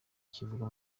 kivugwa